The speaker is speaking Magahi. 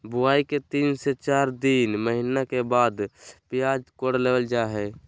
बुआई के तीन से चार महीना के बाद प्याज कोड़ लेबल जा हय